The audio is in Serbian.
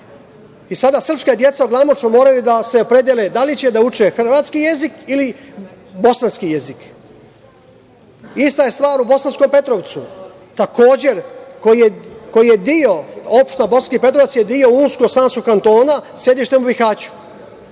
I sada srpska deca u Glamoču moraju da se opredele da li će da uče hrvatski jezik ili bosanski jezik. Ista je stvar u Bosanskom Petrovcu. Takođe, koji je deo, opština Bosanski Petrovac je deo Unsko-sanskog kantona sa sedištem u Bihaću.